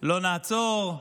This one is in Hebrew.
לא נעצור,